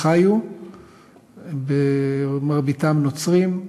מרביתם נוצרים,